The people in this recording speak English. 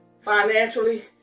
financially